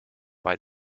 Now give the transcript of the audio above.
bei